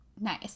Nice